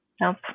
Nope